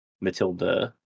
Matilda